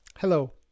Hello